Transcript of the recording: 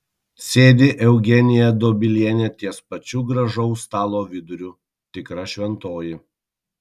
sėdi eugenija dobilienė ties pačiu gražaus stalo viduriu tikra šventoji